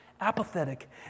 apathetic